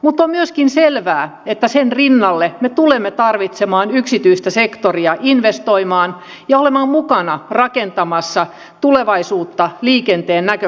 mutta on myöskin selvää että sen rinnalle me tulemme tarvitsemaan yksityistä sektoria investoimaan ja olemaan mukana rakentamassa tulevaisuutta liikenteen näkökulmasta